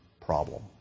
problem